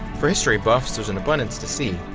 for history buffs, there's an abundance to see.